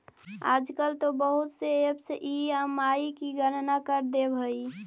आजकल तो बहुत से ऐपस ई.एम.आई की गणना कर देवअ हई